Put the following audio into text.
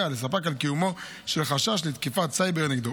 לספק על קיומו של חשש לתקיפת סייבר נגדו,